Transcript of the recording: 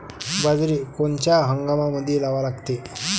बाजरी कोनच्या हंगामामंदी लावा लागते?